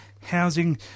housing